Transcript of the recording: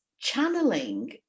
channeling